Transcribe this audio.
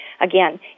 again